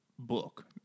book